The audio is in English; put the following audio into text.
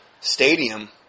stadium